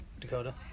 Dakota